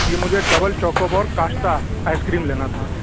یہ مجھے double choco bar cassata ice cream لینا تھا